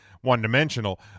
one-dimensional